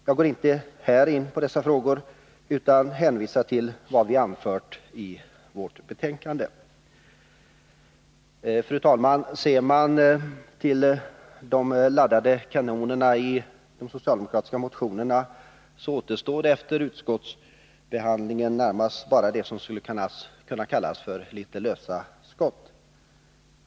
Jag går inte här in på dessa frågor utan hänvisar till vad vi har anfört i vårt betänkande. Fru talman! Ser man till de laddade kanonerna i de socialdemokratiska motionerna, så finner man att det efter utskottsbehandlingen närmast bara återstår vad som skulle kunna kallas för litet lösa skott.